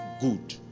good